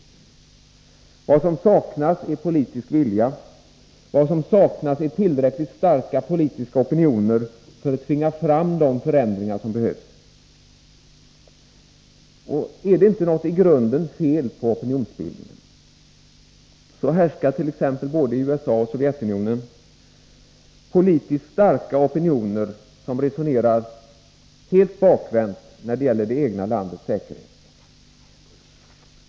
Vad som saknas är politisk vilja, vad som saknas är tillräckligt starka politiska opinioner för att tvinga fram de förändringar som behövs. Är det inte något i grunden fel på opinionsbildningen? Så härskar t.ex. både i USA och i Sovjetunionen politiskt starka opinioner som resonerar helt bakvänt när det gäller det egna landets säkerhet.